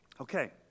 Okay